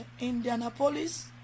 Indianapolis